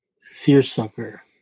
seersucker